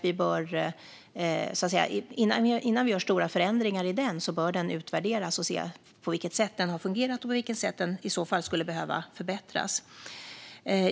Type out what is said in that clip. Innan vi gör stora förändringar i den bör det utvärderas på vilket sätt den har fungerat och på vilket sätt den eventuellt skulle behöva förbättras.